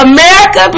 America